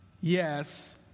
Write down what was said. Yes